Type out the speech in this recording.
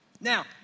Now